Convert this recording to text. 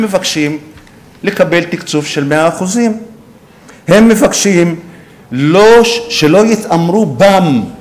הם מבקשים לקבל תקצוב של 100%; הם מבקשים שלא יתעמרו בם,